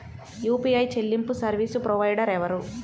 UPI చెల్లింపు service provider ఎవరు?